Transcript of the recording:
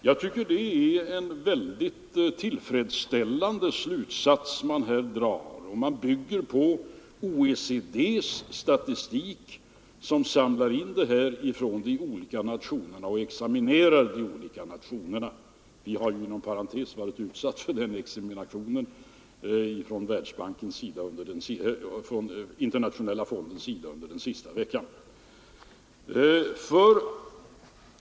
Jag tycker det är en mycket tillfredsställande slutsats man här drar. Man bygger på statistik från OECD som samlar in uppgifter från de olika nationerna och examinerar dem. Vårt land har inom parentes sagt varit utsatt för den examinationen från internationella fondens sida under den senaste veckan.